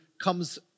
comes